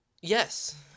Yes